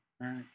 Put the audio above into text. right